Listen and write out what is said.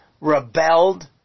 rebelled